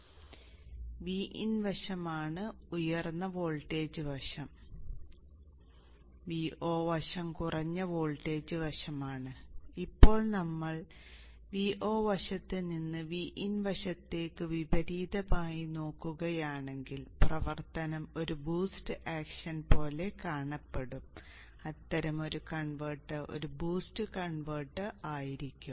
Vin വശമാണ് ഉയർന്ന voltage വശം Vo വശം കുറഞ്ഞ വോൾട്ടേജ് വശമാണ് ഇപ്പോൾ നമ്മൾ Vo വശത്ത്നിന്ന് Vin വശത്തേക്ക് വിപരീതമായി നോക്കുകയാണെങ്കിൽ പ്രവർത്തനം ഒരു ബൂസ്റ്റ് ആക്ഷൻ പോലെ കാണപ്പെടും അത്തരമൊരു കൺവെർട്ടർ ഒരു ബൂസ്റ്റ് കൺവെർട്ടർ ആയിരിക്കും